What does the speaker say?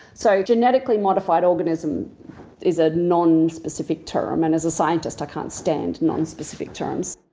so genetically modified organism is a non-specific term. and as a scientist, i can't stand non-specific terms.